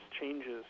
changes